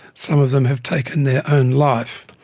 some of them have taken their own life.